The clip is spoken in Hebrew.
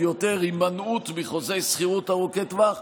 יותר הימנעות מחוקי שכירות ארוכי טווח,